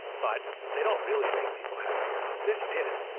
but they don't really make people happier. this did,